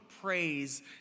praise